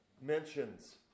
mentions